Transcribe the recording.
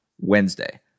Wednesday